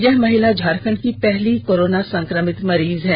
यह महिला झारखण्ड की पहली कोरोना संक्रमित मरीज है